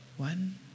One